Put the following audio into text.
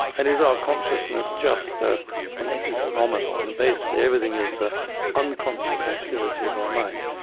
and is our consciousness just ah an epiphenomenon, basically everything is ah unconscious activity of our minds.